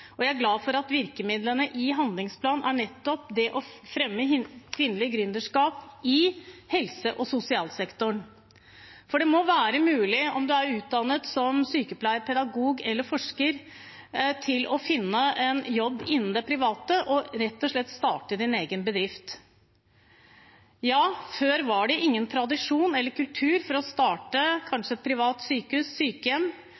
Jeg er glad for at virkemidlene i handlingsplanen nettopp er å fremme kvinnelig gründerskap i helse- og sosialsektoren. Det må være mulig, om man er utdannet sykepleier, pedagog eller forsker, å finne en jobb innen det private og rett og slett starte egen bedrift. Før var det ingen tradisjon eller kultur for å starte